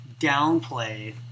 downplay